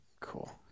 Cool